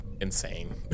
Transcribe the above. insane